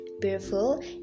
beautiful